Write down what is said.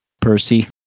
Percy